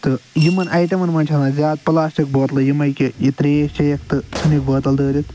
تہٕ یِمن آیٹمن منٛز چھُ آسان زیادٕ پُلاسٹِک بوتلہٕ یِمٕے کہِ ترٛیش چٮ۪یَکھ تہٕ ژھُنِکھ بوتل دٲرتھ